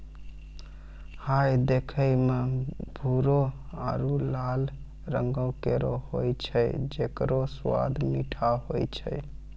हय देखै म भूरो आरु लाल रंगों केरो होय छै जेकरो स्वाद मीठो होय छै